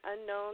unknown